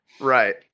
Right